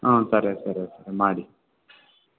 ಹಾಂ ಸರಿ ಸರಿ ಸರಿ ಮಾಡಿ